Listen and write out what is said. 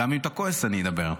גם אם אתה כועס אני אדבר.